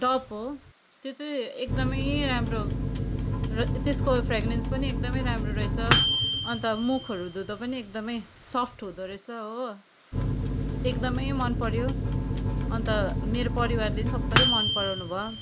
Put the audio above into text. dove हो त्यो चाहिँ एकदमै राम्रो त्यसको फ्रेगरेन्स पनि एकदमै राम्रो रहेछ अन्त मुखहरू धुँदा पनि एकदमै सफ्ट हुँदो रहेछ हो एकदमै मन पऱ्यो अन्त मेरो परिवारले नै सबैले मन पराउनु भयो